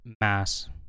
mass